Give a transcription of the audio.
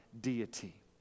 deity